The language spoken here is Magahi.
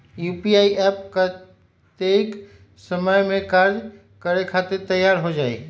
यू.पी.आई एप्प कतेइक समय मे कार्य करे खातीर तैयार हो जाई?